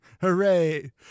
Hooray